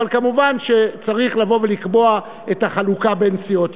אבל כמובן צריך לקבוע את החלוקה בין סיעות.